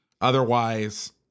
otherwise